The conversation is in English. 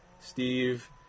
Steve